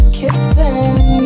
kissing